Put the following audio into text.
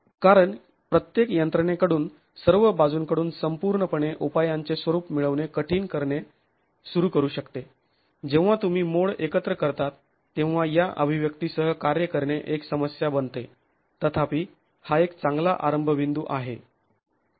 कारण प्रत्येक यंत्रणेकडून सर्व बाजूंकडून संपूर्णपणे उपायांचे स्वरूप मिळवणे कठीण करणे सुरु करु शकते जेव्हा तुम्ही मोड एकत्र करतात तेव्हा या अभिव्यक्तीसह कार्य करणे एक समस्या बनते तथापि हा एक चांगला आरंभ बिंदू आहे